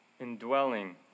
indwelling